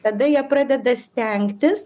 tada jie pradeda stengtis